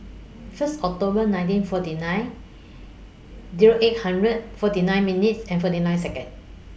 First October nineteen forty nine Zero eight hundred forty nine minutes and forty nine Seconds